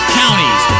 counties